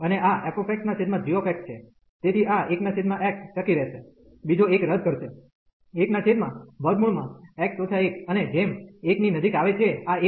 અને આ fxgx છે તેથી આ 1x ટકી રહેશે બીજો એક રદ કરશે 1x 1 અને જેમ 1 ની નજીક આવે છે આ 1 છે